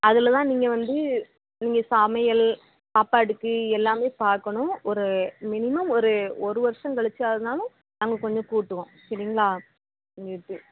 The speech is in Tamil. அதில்தான் நீங்கள் வந்து நீங்கள் சமையல் சாப்பாடுக்கு எல்லாமே பார்க்கணும் ஒரு மினிமம் ஒரு ஒரு வருஷம் கழிச்சா இருந்தாலும் நாங்கள் கொஞ்சம் கூட்டுவோம் சரிங்களா உங்களுக்கு